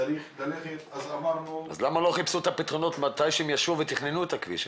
אז למה לא חיפשו פתרונות כשישבו ותכננו את הכביש?